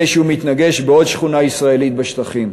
שהוא מתנגש בעוד שכונה ישראלית בשטחים.